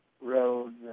roads